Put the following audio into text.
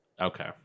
Okay